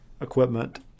equipment